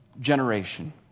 generation